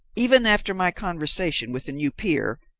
even after my conversation with the new peer,